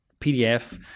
PDF